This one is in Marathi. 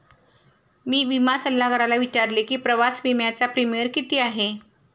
मी विमा सल्लागाराला विचारले की प्रवास विम्याचा प्रीमियम किती आहे?